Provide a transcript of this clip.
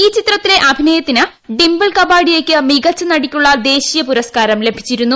ഈ ചിത്രത്തിലെ അഭിനയത്തിന് ഡിംപിൾ കപാഡിയയ്ക്ക് മികച്ച നടിക്കുള്ള ദേശീയ പുരസ്കാരം ലഭിച്ചിരുന്നു